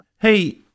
Hey